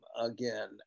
again